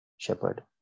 shepherd